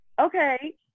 okay